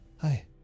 Hi